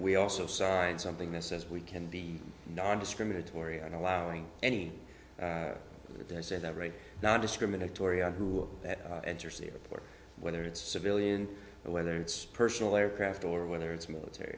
we also signed something that says we can be nondiscriminatory on allowing any they say that right now discriminatory on who that interstate or whether it's civilian whether it's personal aircraft or whether it's military